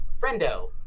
friendo